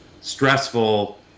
stressful